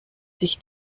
sich